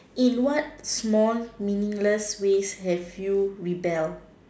in what small meaningless ways have you rebel